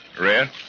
Red